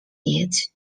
yet